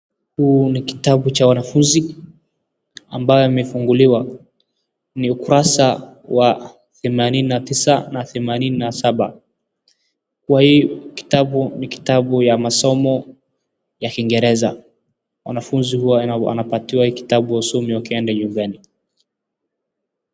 Huu ni kitabu cha wanafunzi amayo amefunguliwa. Ni ukurasa wa themanini na tisa themanini na saba. Kwa hii kitabu ni kitabu ya masomo ya kiingereza. Wanafunzi huwa wanapatiwa hii kitabu wasome wakienda nyumbani.